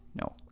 no